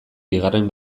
bigarren